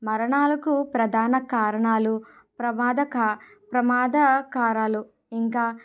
మరణాలకు ప్రధాన కారణాలు ప్రమాదక ప్రమాద కారకాలు ఇంకా